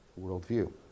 worldview